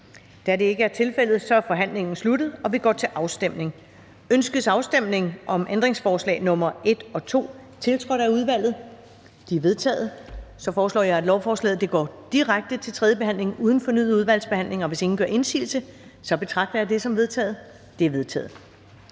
Afstemning Første næstformand (Karen Ellemann): Ønskes afstemning om ændringsforslag nr. 1 og 2, tiltrådt af udvalget? De er vedtaget. Jeg foreslår, at lovforslaget går direkte til tredje behandling uden fornyet udvalgsbehandling. Hvis ingen gør indsigelse, betragter jeg det som vedtaget. Det er vedtaget.